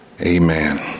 Amen